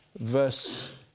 verse